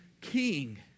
king